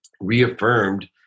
reaffirmed